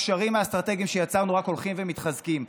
הקשרים האסטרטגיים שיצרנו רק הולכים ומתחזקים.